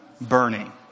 burning